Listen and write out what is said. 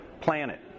planet